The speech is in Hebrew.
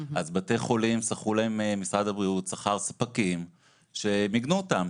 אז לבתי החולים משרד הבריאות שכר ספקים שמיגנו אותם,